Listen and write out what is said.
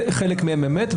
חלק מהן אמת,